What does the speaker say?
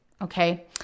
Okay